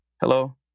Hello